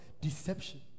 Deception